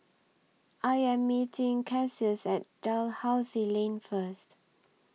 I Am meeting Cassius At Dalhousie Lane First